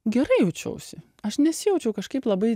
gerai jaučiausi aš nesijaučiau kažkaip labai